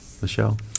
Michelle